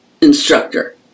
instructor